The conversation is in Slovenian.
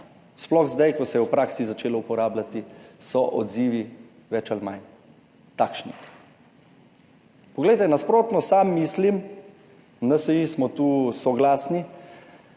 sploh zdaj, ko se je v praksi začelo uporabljati, so odzivi več ali manj takšni. Poglejte, nasprotno sam mislim, v NSi smo tu soglasni,